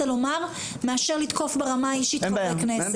לומר מאשר לתקוף ברמה האישית חברי כנסת.